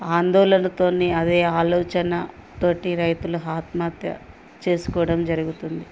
ఆందోళనతోని అదే ఆలోచన తోటి రైతులు ఆత్మహత్య చేసుకోవడం జరుగుతుంది